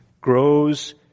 Grows